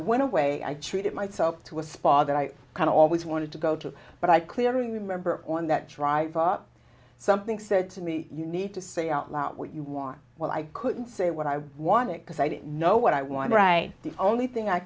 went away i treated myself to a spa that i kind of always wanted to go to but i clearly remember on that drive up something said to me you need to say out loud what you want well i couldn't say what i wanted because i didn't know what i wanted to write the only thing i